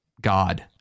God